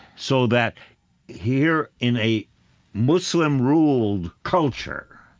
so that here, in a muslim-ruled culture,